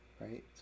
right